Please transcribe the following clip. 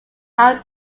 how